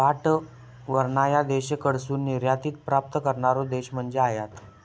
पाठवणार्या देशाकडसून निर्यातीत प्राप्त करणारो देश म्हणजे आयात